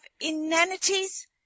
inanities